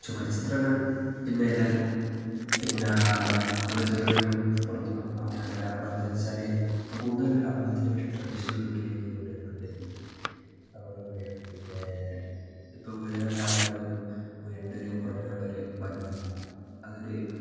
ചുവർച്ചിത്രങ്ങൾ പിന്നെ എല്ലാവരും പിന്നെ അമ്പലച്ചുവരുകളിലും പുറത്തും വന്നിട്ടുണ്ട് കാരണം എന്തെന്നു വെച്ചാൽ ആ കൂടുതൽ ഒരു അമ്പലത്തിൻ്റെ ഒരു ട്രഡീഷണൽ ലുക്കിലേക്ക് കൊണ്ടുവരുന്നുണ്ട് അതുകൊണ്ടുകൂടിയാണ് പിന്നെ ഇപ്പോൾ വീടുകളിലാണെങ്കിൽപ്പോലും വീടിൻ്റെ ഒരു പുറമേയുള്ളൊരു ഭംഗി അതൊരു